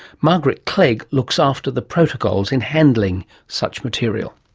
margaret clegg looks after the protocols in handling such material.